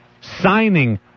signing